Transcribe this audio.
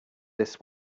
this